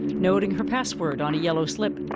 noting her password on a yellow slip.